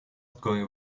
going